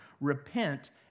Repent